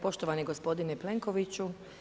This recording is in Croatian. Poštovani gospodine Plenkoviću.